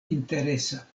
interesa